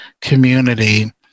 community